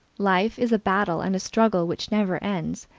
life is a battle and a struggle which never ends.